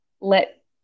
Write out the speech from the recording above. let